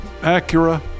Acura